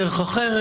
בדרך אחרת.